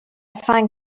find